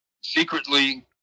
secretly